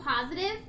positive